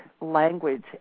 language